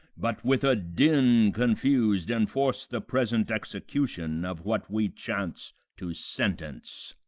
but with a din confus'd enforce the present execution of what we chance to sentence.